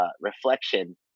reflection